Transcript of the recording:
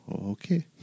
Okay